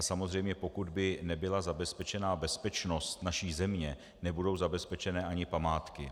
Samozřejmě, pokud by nebyla zabezpečena bezpečnost naší země, nebudou zabezpečeny ani památky.